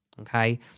okay